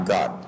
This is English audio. God